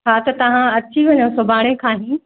हा त तव्हां अची वञो सुभाणे खां ई